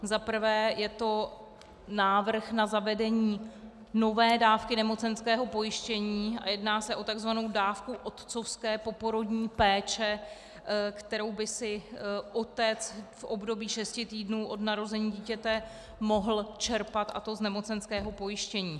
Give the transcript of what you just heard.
Za prvé je to návrh na zavedení nové dávky nemocenského pojištění a jedná se o tzv. dávku otcovské poporodní péče, kterou by si otec v období šesti týdnů od narození dítěte mohl čerpat, a to z nemocenského pojištění.